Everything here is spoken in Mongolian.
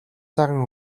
сайхан